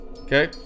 okay